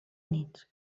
units